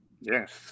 Yes